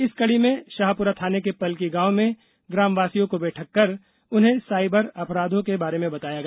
इसी कड़ी में शाहपुरा थाने के पलकी गांव में ग्रामवासियों की बैठक कर उन्हें साइबर अपराधों आदि के बारे में बताया गया